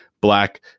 black